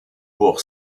pour